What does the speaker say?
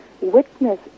witness